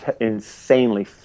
insanely